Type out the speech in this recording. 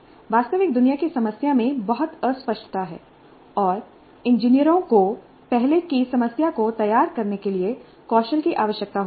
वास्तविक दुनिया की समस्या में बहुत अस्पष्टता है और इंजीनियरों को पहले किसी समस्या को तैयार करने के लिए कौशल की आवश्यकता होती है